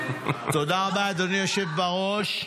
תודה רבה, אדוני היושב בראש.